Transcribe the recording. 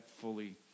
fully